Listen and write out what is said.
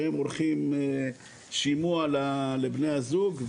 והם עורכים שימוע לבני הזוג,